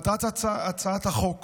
מטרת הצעת החוק